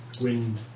Wind